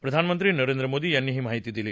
प्रधानमंत्री नरेंद्र मोदी यांनी ही माहिती दिली